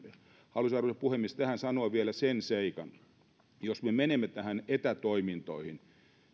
haluaisin arvoisa puhemies tähän sanoa vielä sen seikan että jos me menemme näihin etätoimintoihin